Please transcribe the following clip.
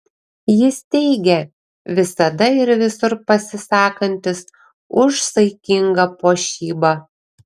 jis teigia visada ir visur pasisakantis už saikingą puošybą